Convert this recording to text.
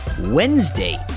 Wednesday